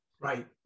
Right